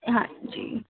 ਹਾਂਜੀ